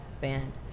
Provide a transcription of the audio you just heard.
band